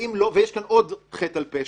יש כאן עוד חטא על פשע,